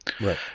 Right